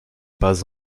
pas